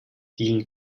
dielen